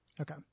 Okay